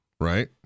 Right